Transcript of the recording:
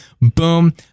boom